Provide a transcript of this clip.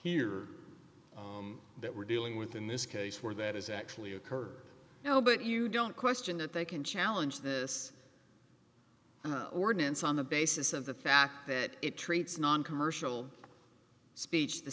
here that we're dealing with in this case where that is actually occurred no but you don't question that they can challenge this ordinance on the basis of the fact that it treats noncommercial speech the